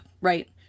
right